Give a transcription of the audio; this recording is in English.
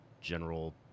general